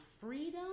freedom